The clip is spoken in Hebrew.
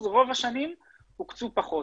רוב השנים הוקצה פחות,